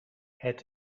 het